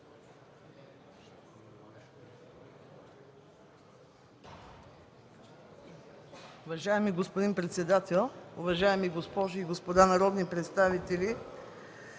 Уважаеми господин председател, уважаеми госпожи и господа народни представители!